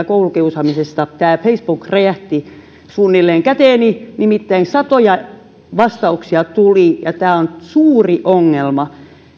koulukiusaamisesta facebook suunnilleen räjähti käteeni nimittäin satoja vastauksia tuli tämä on suuri ongelma